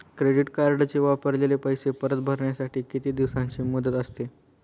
Credit कार्डचे वापरलेले पैसे परत भरण्यासाठी किती दिवसांची मुदत असते?